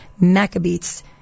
Maccabees